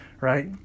Right